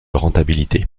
rentabilité